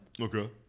Okay